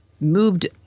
moved